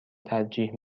ترجیح